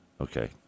Okay